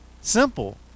simple